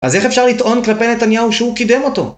אז איך אפשר לטעון כלפי נתניהו שהוא קידם אותו?